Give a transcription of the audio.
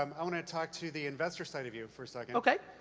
um i wanna talk to the investor side of you for a second. okay.